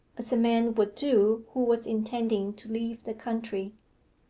as a man would do who was intending to leave the country.